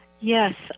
Yes